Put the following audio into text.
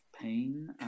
pain